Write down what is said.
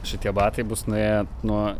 šitie batai bus nuėję nuo